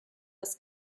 das